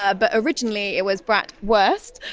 ah but originally it was brat worst,